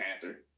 panther